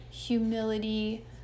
humility